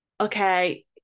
okay